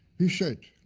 he said,